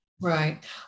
Right